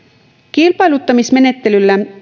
kilpailuttamismenettelyllä